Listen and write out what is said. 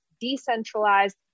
decentralized